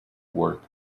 work